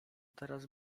teraz